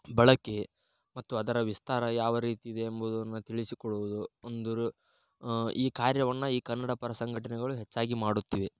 ಬಳಕೆ ಮತ್ತು ಅದರ ವಿಸ್ತಾರ ಯಾವ ರೀತಿ ಇದೆ ಎಂಬುದನ್ನು ತಿಳಿಸಿ ಕೊಡುವುದು ಒಂದು ಈ ಕಾರ್ಯವನ್ನು ಈ ಕನ್ನಡ ಪರ ಸಂಘಟನೆಗಳು ಹೆಚ್ಚಾಗಿ ಮಾಡುತ್ತಿವೆ